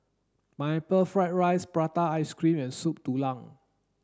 pineapple fried rice prata ice cream and Soup Tulang